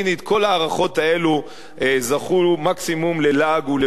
כל ההערכות האלה זכו מקסימום ללעג ולבוז,